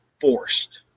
forced